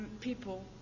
people